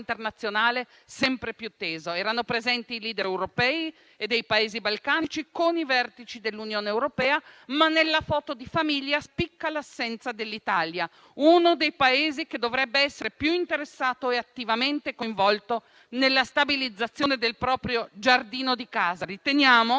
sempre più teso. Erano presenti i *leader* europei e dei Paesi balcanici con i vertici dell'Unione europea, ma nella foto di famiglia spicca l'assenza dell'Italia, uno dei Paesi che dovrebbe essere più interessato e attivamente coinvolto nella stabilizzazione del proprio giardino di casa. Riteniamo